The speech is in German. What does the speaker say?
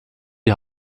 die